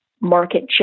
market